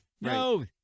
No